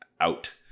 out